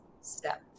step